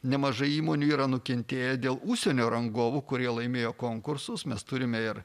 nemažai įmonių yra nukentėję dėl užsienio rangovų kurie laimėjo konkursus mes turime ir